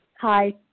Hi